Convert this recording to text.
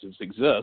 exist